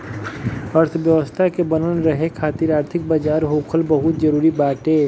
अर्थव्यवस्था के बनल रहे खातिर आर्थिक बाजार होखल बहुते जरुरी बाटे